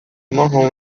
marrom